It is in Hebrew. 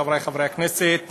חבריי חברי הכנסת,